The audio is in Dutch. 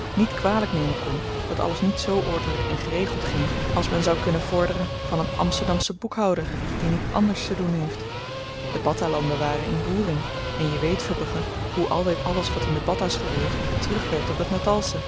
niet kwalyk nemen kon dat alles niet zoo ordelyk en geregeld ging als men zou kunnen vorderen van een amsterdamschen boekhouder die niet anders te doen heeft de battahlanden waren in roering en je weet verbrugge hoe altyd alles wat in de battahs gebeurt terugwerkt op t natalsche